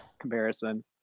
comparison